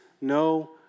no